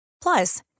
Plus